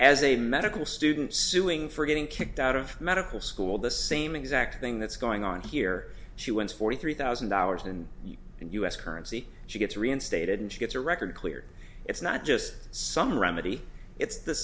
as a medical student suing for getting kicked out of medical school the same exact thing that's going on here she wants forty three thousand dollars and in u s currency she gets reinstated and she gets a record clear it's not just some remedy it's the